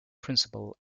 principle